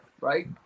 right